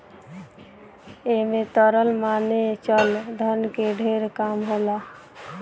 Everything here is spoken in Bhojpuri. ऐमे तरल माने चल धन के ढेर काम होला